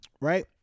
Right